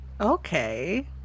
Okay